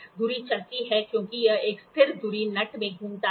धुरी चलती है क्योंकि यह एक स्थिर धुरी नट में घूमता है